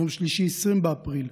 ביום שלישי, 20 באפריל,